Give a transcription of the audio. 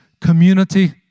community